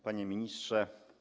Panie Ministrze!